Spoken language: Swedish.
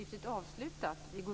Fru talman!